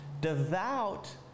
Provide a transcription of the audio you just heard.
Devout